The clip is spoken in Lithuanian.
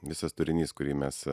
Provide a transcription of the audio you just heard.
visas turinys kurį mes